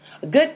Good